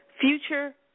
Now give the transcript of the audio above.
Future